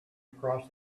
across